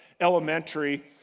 Elementary